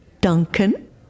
Duncan